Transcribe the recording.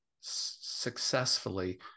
successfully